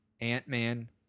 Ant-Man